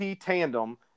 tandem